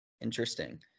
interesting